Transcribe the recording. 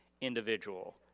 individual